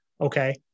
okay